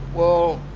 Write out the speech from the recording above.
well,